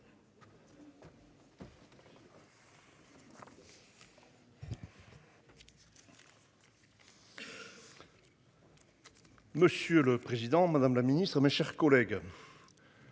Monsieur le Président Madame la Ministre, mes chers collègues.